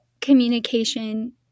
communication